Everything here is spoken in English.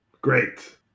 Great